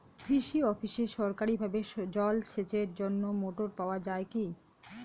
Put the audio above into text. কৃষি অফিসে সরকারিভাবে জল সেচের জন্য মোটর পাওয়া যায় কি?